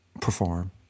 perform